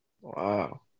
Wow